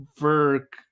work